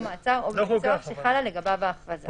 מעצר או בבית סוהר שחלה לגביו ההכרזה.